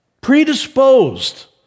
predisposed